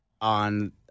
on